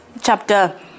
chapter